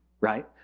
right